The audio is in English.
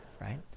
right